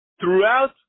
throughout